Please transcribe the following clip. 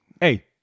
Hey